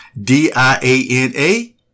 D-I-A-N-A